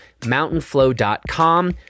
mountainflow.com